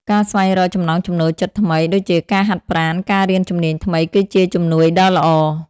ការស្វែងរកចំណង់ចំណូលចិត្តថ្មី ដូចជាការហាត់ប្រាណ ការរៀនជំនាញថ្មីគឺជាជំនួយដ៏ល្អ។